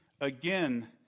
again